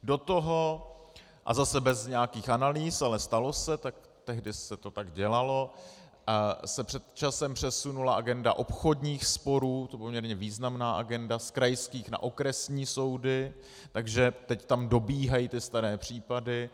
Do toho, a zase bez nějakých analýz, ale stalo se, tehdy se to tak dělalo, se před časem přesunula agenda obchodních sporů, to je poměrně významná agenda, z krajských na okresní soudy, takže teď tam dobíhají staré případy.